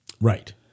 Right